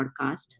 podcast